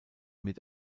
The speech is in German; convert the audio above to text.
mit